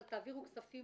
אבל כן להעביר כספים